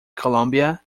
colombia